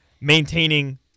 maintaining